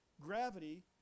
gravity